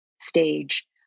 stage